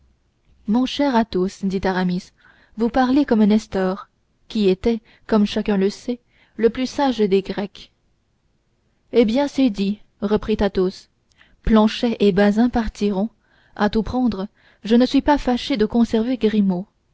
mon cher athos dit aramis vous parlez comme nestor qui était comme chacun sait le plus sage des grecs eh bien c'est dit reprit athos planchet et bazin partiront à tout prendre je ne suis pas fâché de conserver grimaud